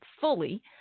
fully